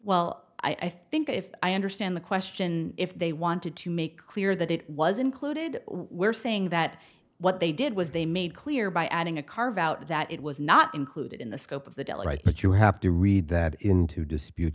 well i think if i understand the question if they wanted to make clear that it was included we're saying that what they did was they made clear by adding a carve out that it was not included in the scope of the delegate but you have to read that into dispute